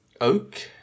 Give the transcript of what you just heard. Okay